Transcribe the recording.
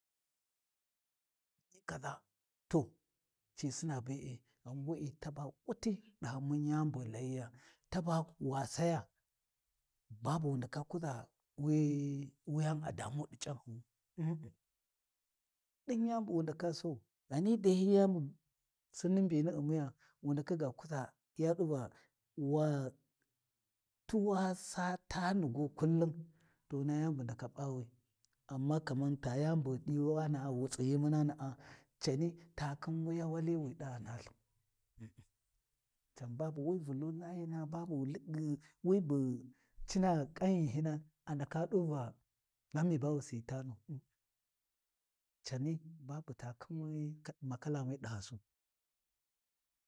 Bu dini kaʒa, to ci sina be’e, ghan we’e taba wuti ɗahyi mun yani bu ghi layiya, taba wa saya babu nikan kuza guwee-wuyani a damu ɗi C’anhuwu umm-umm ɗin yani bu wu ndaka sau, ghani dai hi yani bu Sinni mbini umiya wu ndaka ga kuʒa ya ɗuva waa tu wa saa tani gu kullum, to na yani bu ndaka P’awi amma kaman ta yani bu ghi ɗiwana wu tsighi munana'a cani takhin wuya wali wi ɗaa nalthu umm-umm can babu wi Vulu layina cina kan ghinhina a ndaka ɗu ca ghan mi ba wu si tanu umm-umm cani babu ta khin wi makalami ɗahasu.